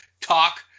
talk